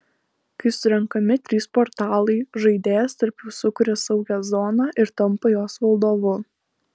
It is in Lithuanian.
kai surenkami trys portalai žaidėjas tarp jų sukuria saugią zoną ir tampa jos valdovu